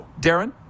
Darren